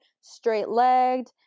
straight-legged